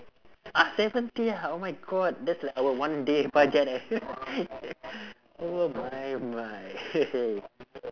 ah seventy ah oh my god that's like our one day budget eh oh my my